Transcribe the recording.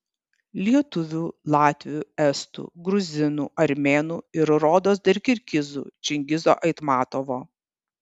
lietuvių latvių estų gruzinų armėnų ir rodos dar kirgizų čingizo aitmatovo